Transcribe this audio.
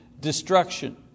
destruction